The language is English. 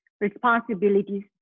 responsibilities